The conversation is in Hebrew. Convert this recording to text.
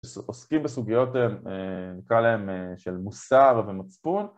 עוסקים בסוגיות נקרא להם של מוסר ומצפון